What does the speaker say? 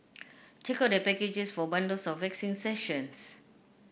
check out their packages for bundles of waxing sessions